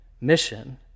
mission